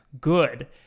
good